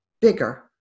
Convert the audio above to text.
bigger